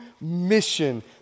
mission